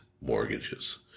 mortgages